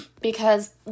because-